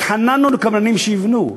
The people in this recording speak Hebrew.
התחננו לקבלנים שיבנו.